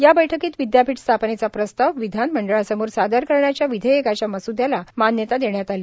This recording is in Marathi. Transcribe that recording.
या बैठकीत विदयापीठ स्थापनेचा प्रस्ताव विधान मंडळासमोर सादर करण्याच्या विधेयकाच्या मसुद्यास मान्यता देण्यात आली